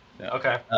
Okay